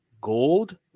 Gold